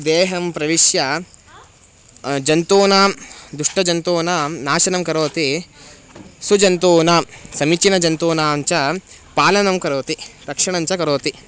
देहं प्रविश्य जन्तूनां दुष्टजन्तूनां नाशनं करोति सुजन्तूनां समीचीनं जन्तूनां च पालनं करोति रक्षणं च करोति